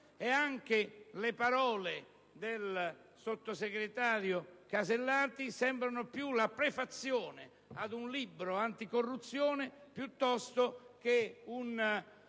e anche le parole del sottosegretario Alberti Casellati sembrano più la prefazione ad un libro anticorruzione che